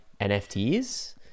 NFTs